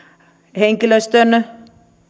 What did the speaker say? henkilöstön